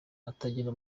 atagera